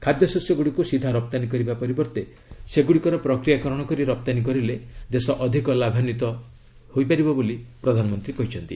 ଖାଦ୍ୟଶସ୍ୟ ଗ୍ରଡ଼ିକୁ ସିଧା ରପ୍ତାନୀ କରିବା ପରିବର୍ତ୍ତେ ସେଗୁଡ଼ିକର ପ୍ରକ୍ରିୟାକରଣ କରି ରପ୍ତାନୀ କରିଲେ ଦେଶ ଅଧିକ ଲାଭାନ୍ୱିତ ହେବା ବିଷୟରେ ପ୍ରଧାନମନ୍ତ୍ରୀ କହିଛନ୍ତି